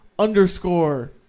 Underscore